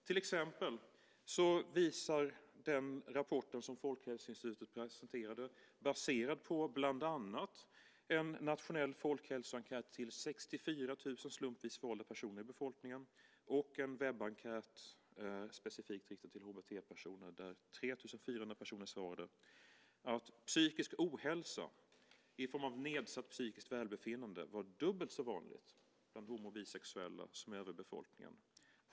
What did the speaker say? Till exempel visar rapporten som Folkhälsoinstitutet presenterade, baserat på bland annat en nationell folkhälsoenkät till 64 000 slumpvis valda personer i befolkningen och en webbenkät specifikt riktad till HBT-personer där 3 400 personer svarade, att psykisk ohälsa i form av nedsatt psykiskt välbefinnande är dubbelt så vanligt bland homo och bisexuella som i övriga befolkningen.